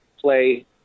play